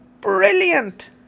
Brilliant